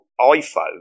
iPhone